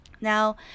Now